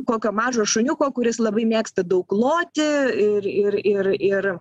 kokio mažo šuniuko kuris labai mėgsta daug loti ir ir ir ir